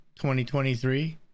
2023